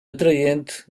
atraente